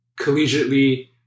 collegiately